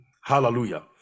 hallelujah